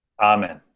Amen